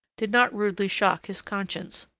did not rudely shock his conscience.